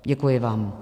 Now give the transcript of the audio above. Děkuji vám.